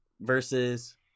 versus